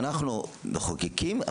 ואנחנו מחוקקים,